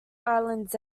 islands